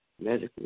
medically